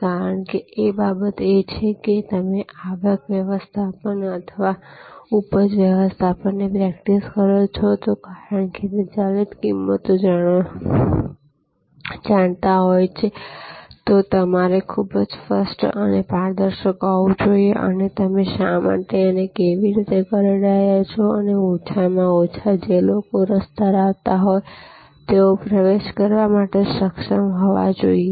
કારણ કે એક બાબત એ છે કે જો તમે આવક વ્યવસ્થાપન અથવા ઉપજ વ્યવસ્થાપનની પ્રેક્ટિસ કરો છો કારણ કે તે ચલિત કિંમતો જાણતા હોય છે તો તમારે ખૂબ જ સ્પષ્ટ અને પારદર્શક હોવું જોઈએ અને તમે આ શા માટે અને કેવી રીતે કરી રહ્યા છો અને ઓછામાં ઓછા જે લોકો રસ ધરાવતા હોય તેઓ પ્રવેશ કરવા સક્ષમ હોવા જોઈએ